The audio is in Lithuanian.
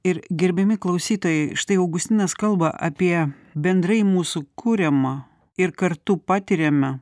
ir gerbiami klausytojai štai augustinas kalba apie bendrai mūsų kuriamą ir kartu patiriamą